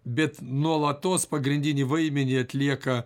bet nuolatos pagrindinį vaidmenį atlieka